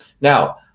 Now